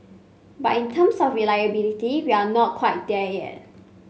but in terms of reliability we are not quite there yet